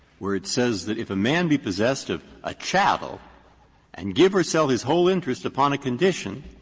where it says that if a man be possessed of a chattel and give or sell his whole interest upon a condition,